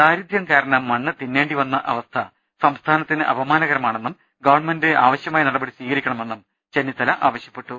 ദാരിദ്ര്യം കാരണം മണ്ണ് തിന്നേണ്ടി വന്ന അവസ്ഥ സംസ്ഥാനത്തിന് അപമാനകരമാണെന്നും ഗവൺമെന്റ് ആവശ്യമായ നടപടി സ്വീകരിക്കണമെന്നും അദ്ദേഹം ആവശ്യപ്പെട്ടു